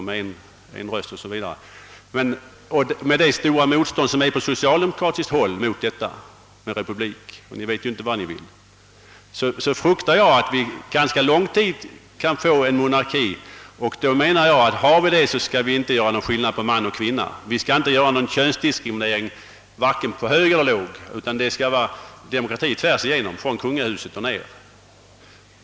Med det stora socialdemokratiska motståndet — ni vet ju inte vad ni vill — fruktar jag att vi kommer att få behålla monarki under en ganska lång tid framåt, och då skall vi inte göra någon skillnad mellan man och kvinna. Det skall inte bli någon könsdiskriminering vare sig då det gäller hög eller låg utan vi skall ha demokrati från kungahuset och ner.